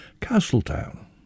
Castletown